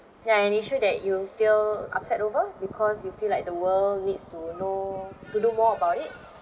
ya an issue that you feel upset over because you feel like the world needs to know to do more about it